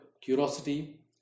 curiosity